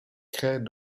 créent